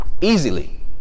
easily